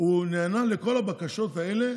הוא נענה לכל הבקשות האלה